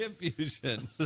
infusion